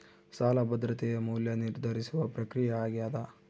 ಸಾಲ ಭದ್ರತೆಯ ಮೌಲ್ಯ ನಿರ್ಧರಿಸುವ ಪ್ರಕ್ರಿಯೆ ಆಗ್ಯಾದ